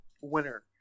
winner